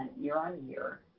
year-on-year